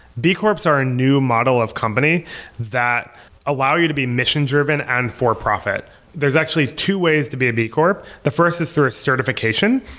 b corps so are a new model of company that allow you to be mission driven and for profit there's actually two ways to be a b corp. the first is through a certification.